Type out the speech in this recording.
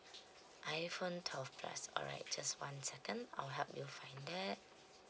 iphone twelve plus alright just one second I'll help you find that